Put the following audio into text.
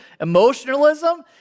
emotionalism